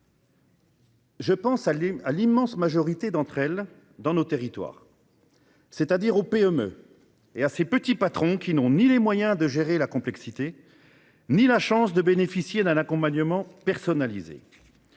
Je pense à l'immense majorité des entreprises dans nos territoires : les PME, et ses petits patrons, qui n'ont ni les moyens de gérer la complexité ni la chance de bénéficier d'un accompagnement personnalisé.